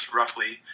roughly